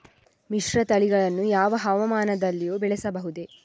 ಮಿಶ್ರತಳಿಗಳನ್ನು ಯಾವ ಹವಾಮಾನದಲ್ಲಿಯೂ ಬೆಳೆಸಬಹುದೇ?